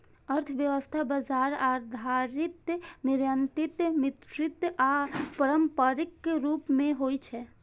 अर्थव्यवस्था बाजार आधारित, नियंत्रित, मिश्रित आ पारंपरिक रूप मे होइ छै